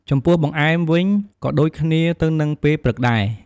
ចំពោះបង្អែម វិញក៍ដូចគ្នាទៅនឹងពេលព្រឹកដែរ។